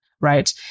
right